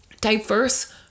Diverse